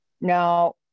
Now